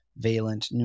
valent